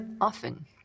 often